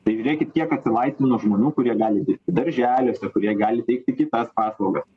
tai žiūrėkit kiek atsilaisvino žmonių kurie gali dirbti darželiuose kurie gali teikti kitas paslaugas